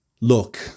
Look